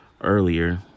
earlier